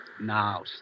Now